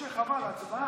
ההצעה